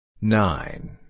Nine